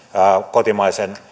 kotimaisen